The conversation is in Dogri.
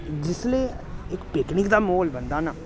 जिसलै इक पिकनिक दा म्हौल बनदा ना